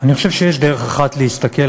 אני חושב שיש דרך אחת להסתכל,